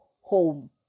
home